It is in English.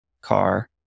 car